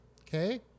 Okay